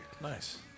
Nice